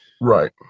Right